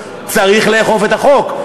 צריך לאכוף את החוק.